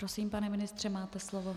Prosím, pane ministře, máte slovo.